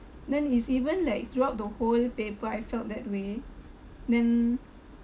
then is even like throughout the whole paper I felt that way then